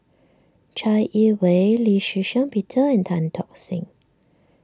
Chai Yee Wei Lee Shih Shiong Peter and Tan Tock Seng